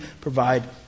provide